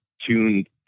tuned